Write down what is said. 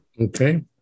Okay